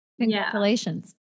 Congratulations